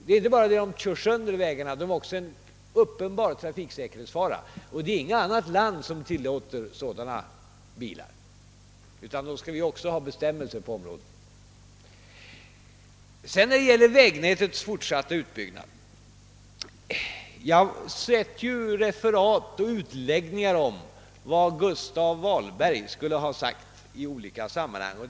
De inte bara kör sönder vägarna, de är också en uppenbar trafikfara. Det finns inte något annat land som tillåter sådana bilar. Därför bör vi också ha bestämmelser på området. När det gäller vägnätets fortsatta utbyggnad har jag sett referat av och utläggningar om vad Gustav Vahlberg skulle ha sagt i olika sammanhang.